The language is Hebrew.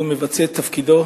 והוא מבצע את תפקידו